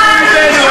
שמעתי.